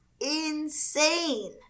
insane